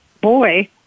boy